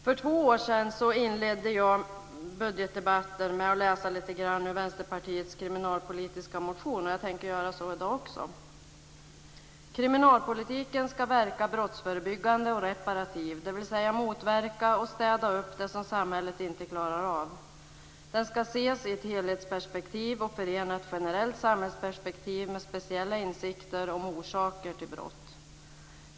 För två år sedan inledde jag budgetdebatten med att läsa lite grann ur Vänsterpartiets kriminalpolitiska motion. Jag tänker göra så i dag också. Kriminalpolitiken ska verka brottsförebyggande och reparativ, dvs. motverka och städa upp det som samhället inte klarar av. Den ska ses i ett helhetsperspektiv och förena ett generellt samhällsperspektiv med speciella insikter om orsaker till brott.